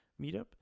meetup